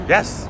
Yes